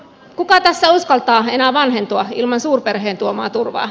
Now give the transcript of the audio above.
kuka tässä uskaltaa enää vanhentua ilman suurperheen tuomaa turvaa